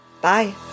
Bye